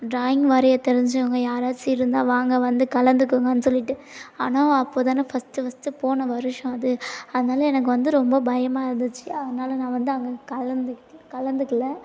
drawing வரைய தெரிஞ்சவங்க யாராச்சும் இருந்தால் வாங்க வந்து கலந்துக்கோங்கனு சொல்லிட்டு ஆனால் நான் அப்போத்தான் வந்து ஃபஸ்ட் ஃபஸ்ட்டு போன வருஷம் அது அதனால் எனக்கு வந்து ரொம்ப பயமாயிருந்துச்சு அதனால் நான் வந்து அங்கே கலந்து கலந்துக்கல